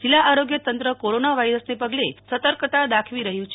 જિલ્લા આરોગ્ય તંત્ર કોરોના વાયરસને પગલે સતર્કતા દાખવી રહયું છે